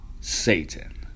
Satan